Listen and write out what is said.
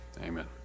Amen